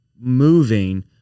moving